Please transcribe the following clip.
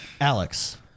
Alex